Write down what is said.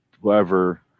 whoever